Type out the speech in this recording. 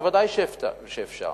ודאי שאפשר,